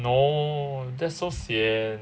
no that's so sian